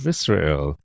Israel